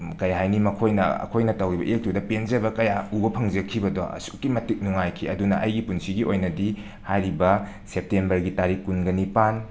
ꯀꯔꯤ ꯍꯥꯏꯅꯤ ꯃꯈꯣꯏꯅ ꯑꯩꯈꯣꯏꯅ ꯇꯧꯔꯤꯕ ꯑꯦꯛ ꯇꯨꯗ ꯄꯦꯟꯖꯕ ꯀꯌꯥ ꯎꯕ ꯐꯪꯖꯈꯤꯕꯗꯣ ꯑꯁꯨꯛꯀꯤ ꯃꯇꯤꯛ ꯅꯨꯡꯉꯥꯏꯈꯤ ꯑꯗꯨꯅ ꯑꯩꯒꯤ ꯄꯨꯟꯁꯤꯒꯤ ꯑꯣꯏꯅꯗꯤ ꯍꯥꯏꯔꯤꯕ ꯁꯦꯞꯇꯦꯝꯕꯔꯒꯤ ꯇꯥꯔꯤꯛ ꯀꯨꯟꯒꯅꯤꯄꯥꯟ